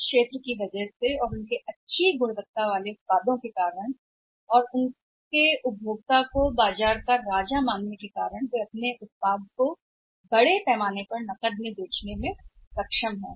इसलिए क्योंकि उनके अनुशासन के कारण उनके अच्छे गुणवत्ता वाले उत्पाद के कारण उत्कृष्टता और उनके विचार के कारण ग्राहक राजा है जो अपने उत्पाद को बड़े पैमाने पर अपने उत्पादों को नकदी में बेचने में सक्षम है